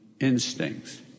instincts